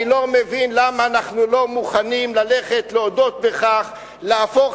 אני לא מבין למה אנחנו לא מוכנים להודות בכך ולהפוך